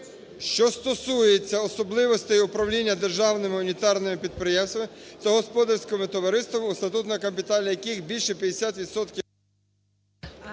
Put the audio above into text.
що стосуються особливостей управління державними унітарними підприємствами та господарськими товариствами, у статутному капіталі яких більше 50